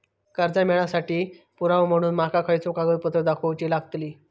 कर्जा मेळाक साठी पुरावो म्हणून माका खयचो कागदपत्र दाखवुची लागतली?